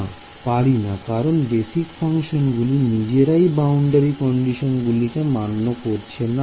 না পারি না কারণ বেসিক ফাংশন গুলি নিজেরাই বাউন্ডারি কন্ডিশন গুলিকে মান্য করছে না